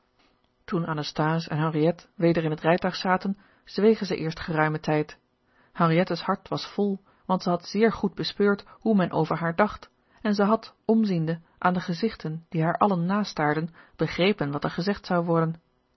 en henriette weder in het rijtuig zaten zwegen zij eerst geruimen tijd henriette's hart was vol want zij had zeer goed bespeurd hoe men over haar dacht en zij had omziende aan de gezichten die haar allen nastaarden begrepen wat er gezegd zou worden